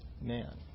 man